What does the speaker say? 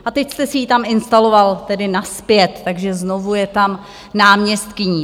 A teď jste si ji tam instaloval tedy nazpět, takže znovu je tam náměstkyní.